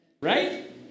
Right